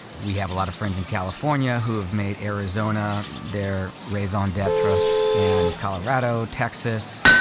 we have a lot of friends in california who have made arizona their raison d'etre and colorado, texas,